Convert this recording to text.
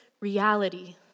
reality